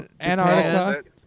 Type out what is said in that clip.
Antarctica